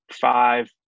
five